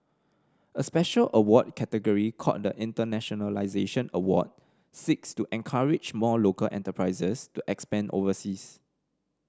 a special award category called the Internationalisation Award seeks to encourage more local enterprises to expand overseas